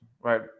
right